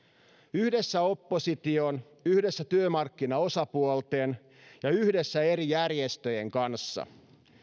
yhdessä opposition yhdessä työmarkkinaosapuolten ja yhdessä eri järjestöjen kanssa